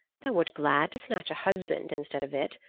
thou wert glad to snatch a husband instead of it.